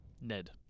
Ned